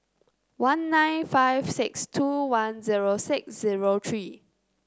one nine five six two one zero six zero three